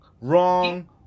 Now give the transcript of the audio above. wrong